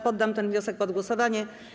Poddam ten wniosek pod głosowanie.